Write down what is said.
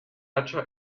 hacha